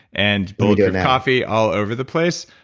and bulletproof coffee all over the place,